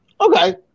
Okay